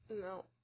No